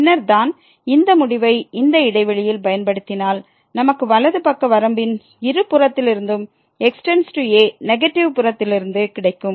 பின்னர்தான் அந்த முடிவை இந்த இடைவெளியில் பயன்படுத்தினால் நமக்கு வலது பக்க வரம்பின் இருபுறத்திலிருந்தும் x→a நெகட்டிவ் புறத்திலிருந்து கிடைக்கும்